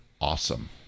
awesome